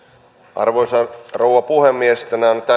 arvoisa rouva puhemies tänään